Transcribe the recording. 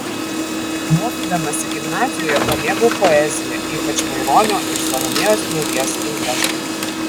mokydamasi gimnazijoje pamėgau poeziją ypač maironio ir salomėjos nėries eiles